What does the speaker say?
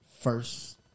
first